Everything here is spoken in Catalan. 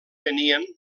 venien